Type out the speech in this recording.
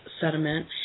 Sediment